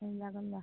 এইবিলাকত লোৱা